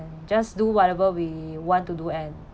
just do whatever we want to do and